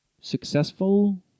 successful